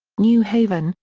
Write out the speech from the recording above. new haven,